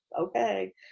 okay